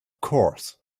course